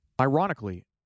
Ironically